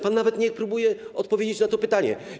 Pan nawet nie próbuje odpowiedzieć na to pytanie.